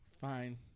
Fine